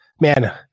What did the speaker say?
Man